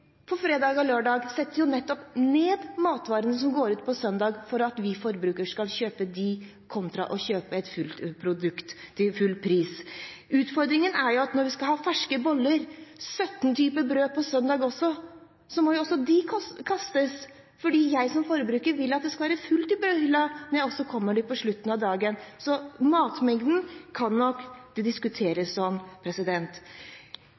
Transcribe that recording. på fredag og lørdag ned prisen på matvarene som går ut søndag, for at vi forbrukere skal kjøpe dem kontra å kjøpe et produkt til full pris. Utfordringen er at når man også på søndag skal ha ferske boller og 17 typer brød, må også de kastes, fordi man som forbruker vil at det skal være fullt i brødhyllen når man kommer på slutten av dagen – så matmengden kan nok